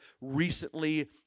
recently